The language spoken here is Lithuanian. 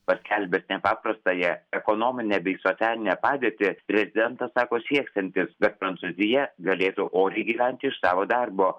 paskelbęs nepaprastąją ekonominę bei socialinę padėtį prezidentas sako sieksiantis kad prancūzija galėtų oriai gyventi iš savo darbo